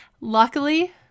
Luckily